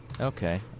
Okay